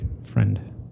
friend